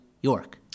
york